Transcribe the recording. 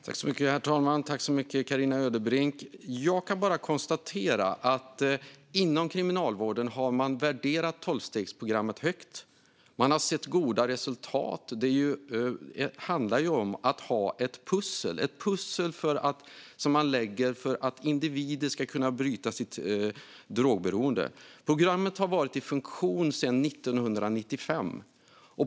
Herr talman! Jag kan bara konstatera att man inom kriminalvården har värderat tolvstegsprogrammet högt. Man har sett goda resultat. Det handlar om att ha ett pussel som man lägger för att individer ska kunna bryta sitt drogberoende. Programmet har varit i funktion sedan 1995.